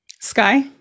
Sky